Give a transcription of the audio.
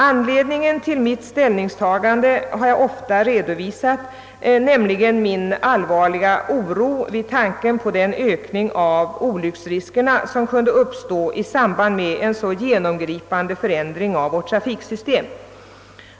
Anledningen till mitt ställningstagande har jag ofta redovisat, nämligen min allvarliga oro vid tanken på den ökning av olycksriskerna som kunde uppstå i samband med en så genomgripande förändring i vårt trafiksystem.